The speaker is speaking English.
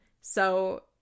So-